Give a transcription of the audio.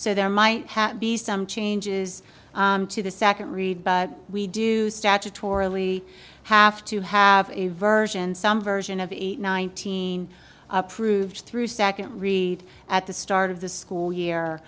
so there might be some changes to the second read but we do statutorily have to have a version some version of eight nineteen approved through second read at the start of the school year